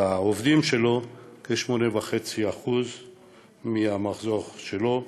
לעובדים שלו, 8.5% מהמחזור שלו,